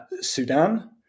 Sudan